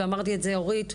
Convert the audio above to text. ואמרתי את זה אורית,